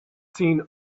seen